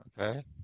Okay